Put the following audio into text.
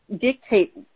dictate